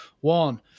One